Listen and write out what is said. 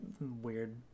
weird